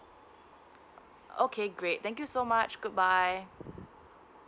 okay great thank you so much good bye